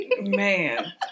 Man